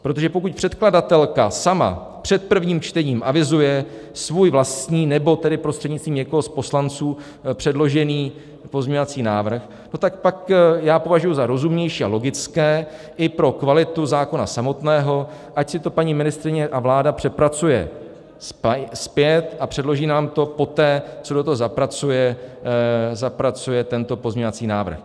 Protože pokud předkladatelka sama před prvním čtením avizuje svůj vlastní nebo prostřednictvím někoho z poslanců předložený pozměňovací návrh, tak pak já považuji za rozumnější a logické i pro kvalitu zákona samotného, ať si to paní ministryně a vláda přepracuje zpět a předloží nám to poté, co do toho zapracuje tento pozměňovací návrh.